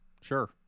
Sure